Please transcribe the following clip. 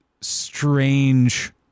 strange